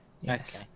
Yes